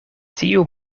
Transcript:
tiu